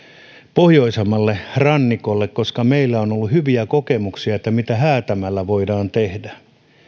pohjoisemmalle rannikolle meillä on ollut hyviä kokemuksia siitä mitä häätämällä voidaan tehdä